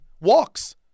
Walks